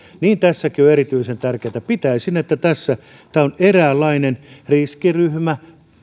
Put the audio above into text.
niin tässäkin on erityisen tärkeätä pitäisin että tässä tämä on eräänlainen riskiryhmä